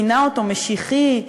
הוא כינה אותו: משיחי,